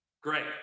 Great